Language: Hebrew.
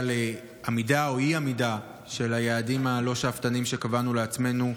לעמידה או אי-עמידה ביעדים הלא-שאפתניים שקבענו לעצמנו,